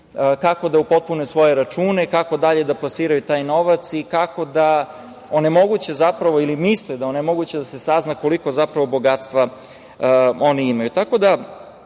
kako da upotpune svoje račune, kako dalje da plasiraju taj novac i kako da onemoguće ili misle da onemoguće da se sazna koliko zapravo bogatstva oni imaju.